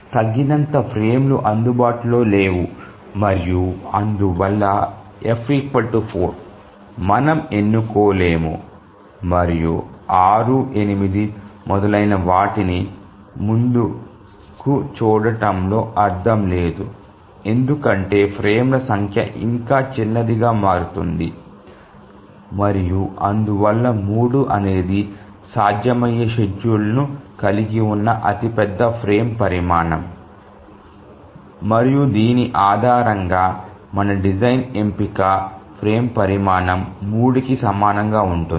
తగినంత ఫ్రేమ్లు అందుబాటులో లేవు మరియు అందువల్ల F 4 మనం ఎన్నుకోలేము మరియు 6 8 మొదలైనవాటిని ముందుకు చూడటంలో అర్థం లేదు ఎందుకంటే ఫ్రేమ్ల సంఖ్య ఇంకా చిన్నదిగా మారుతుంది మరియు అందువల్ల 3 అనేది సాధ్యమయ్యే షెడ్యూల్ ను కలిగి ఉన్న అతి పెద్ద ఫ్రేమ్ పరిమాణం మరియు దీని ఆధారంగా మన డిజైన్ ఎంపిక ఫ్రేమ్ పరిమాణం 3 కి సమానంగా ఉంటుంది